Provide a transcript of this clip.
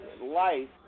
life